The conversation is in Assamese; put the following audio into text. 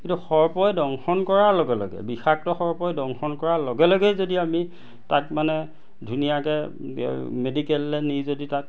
কিন্তু সৰ্পই দংশন কৰাৰ লগে লগে বিষাক্ত সৰ্পই দংশন কৰাৰ লগে লগেই যদি আমি তাক মানে ধুনীয়াকে মেডিকেললে নি যদি তাক